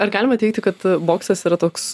ar galima teigti kad boksas yra toks